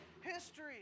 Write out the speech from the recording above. history